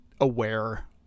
aware